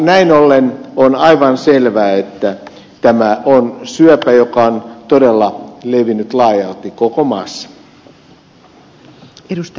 näin ollen on aivan selvää että tämä on syöpä joka on todella levinnyt laajalti koko maassa